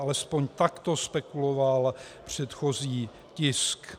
Alespoň takto spekuloval předchozí tisk.